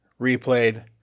replayed